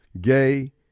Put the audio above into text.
gay